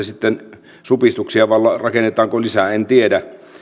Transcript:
sitten supistuksia vai rakennetaanko lisää en tiedä